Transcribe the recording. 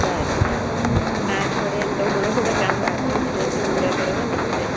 સારું સારું આ અઠવાડિયે એમ તો ઘણાં બધા કામ બાકી છે જે પૂરાં કરવાનાં છે